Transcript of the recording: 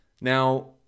Now